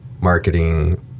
marketing